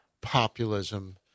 populism